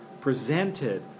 presented